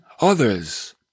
others